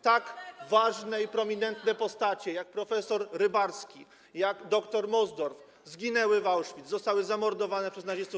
Tak ważne i prominentne postaci jak prof. Rybarski, jak dr Mosdorf zginęły w Auschwitz, zostały zamordowane przez nazistów